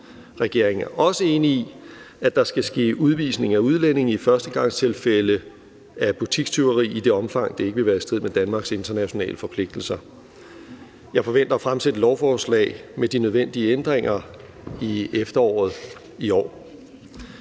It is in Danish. Regeringen er også enig i, at der skal ske udvisning af udlændinge i førstegangstilfælde af butikstyveri i det omfang, det ikke vil være i strid med Danmarks internationale forpligtelser. Jeg forventer at fremsætte et lovforslag med de nødvendige ændringer i efteråret i år.